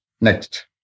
Next